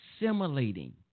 assimilating